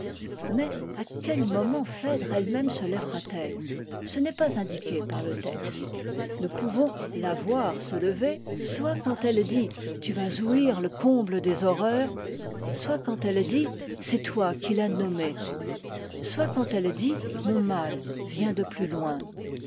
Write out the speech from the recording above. mais à quel moment phèdre elle-même se lèvera t elle ce n'est pas indiqué par le texte nous pouvons la voir se lever soit quand elle dit tu vas ouïr le comble des horreurs soit quand elle dit c'est toi qui l'as nommé soit quand elle dit mon mal vient de plus loin